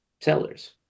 sellers